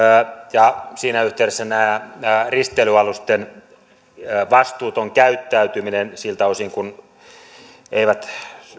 ja siinä yhteydessä tämä risteilyalusten vastuuton käyttäytyminen siltä osin kuin ne eivät